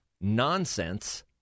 nonsense